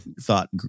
thought